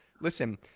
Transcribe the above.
Listen